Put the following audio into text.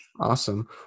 awesome